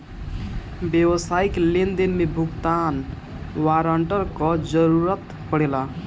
व्यावसायिक लेनदेन में भुगतान वारंट कअ जरुरत पड़ेला